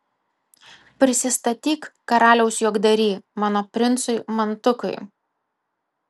prisistatyk karaliaus juokdary mano princui mantukui